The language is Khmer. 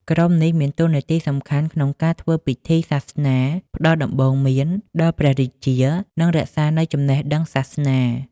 ក្រុមនេះមានតួនាទីសំខាន់ក្នុងការធ្វើពិធីសាសនា ផ្តល់ដំបូន្មានដល់ព្រះរាជា និងរក្សានូវចំណេះដឹងសាសនា។